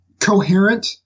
coherent